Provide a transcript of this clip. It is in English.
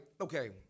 okay